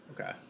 Okay